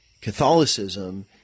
Catholicism